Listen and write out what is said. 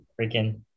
freaking